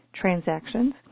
transactions